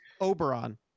oberon